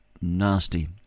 nasty